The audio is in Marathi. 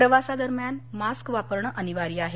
प्रवासादरम्यान मास्क वापरणं अनिवार्य आहे